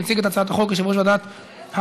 מציג את הצעת החוק יושב-ראש ועדת העבודה,